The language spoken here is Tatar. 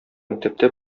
мәктәптә